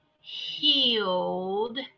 healed